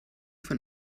von